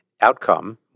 outcome